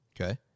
Okay